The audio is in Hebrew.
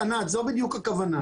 ענת, זאת בדיוק הכוונה.